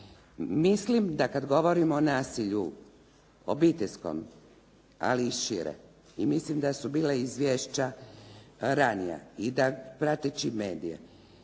Mislim da kada govorimo o nasilju obiteljskom ali i šire i mislim da su bila izvješća ranija i da prateći medije